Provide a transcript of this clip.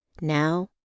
Now